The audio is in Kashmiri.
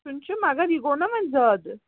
چھِ مگر یہِ گوٚو نَہ وۄنۍ زیادٕ